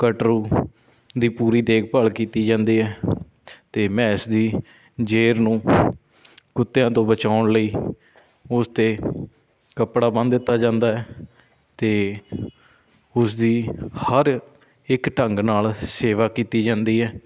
ਕਟਰੂ ਦੀ ਪੂਰੀ ਦੇਖਭਾਲ ਕੀਤੀ ਜਾਂਦੀ ਹੈ ਅਤੇ ਮੈਂਸ ਦੀ ਜੇਰ ਨੂੰ ਕੁੱਤਿਆਂ ਤੋਂ ਬਚਾਉਣ ਲਈ ਉਸ 'ਤੇ ਕੱਪੜਾ ਬੰਨ ਦਿੱਤਾ ਜਾਂਦਾ ਹੈ ਅਤੇ ਉਸਦੀ ਹਰ ਇੱਕ ਢੰਗ ਨਾਲ ਸੇਵਾ ਕੀਤੀ ਜਾਂਦੀ ਹੈ